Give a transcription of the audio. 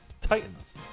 Titans